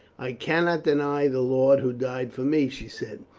i cannot deny the lord who died for me, she said.